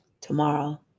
tomorrow